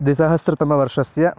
द्विसहस्रतमवर्षस्य